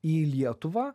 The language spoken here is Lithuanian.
į lietuvą